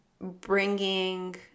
bringing